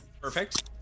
Perfect